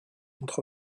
entre